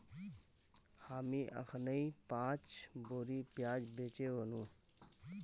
हामी अखनइ पांच बोरी प्याज बेचे व नु